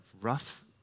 rough